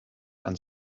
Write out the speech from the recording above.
and